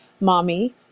Mommy